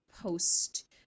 post-